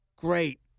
Great